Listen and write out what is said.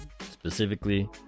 specifically